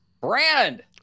Brand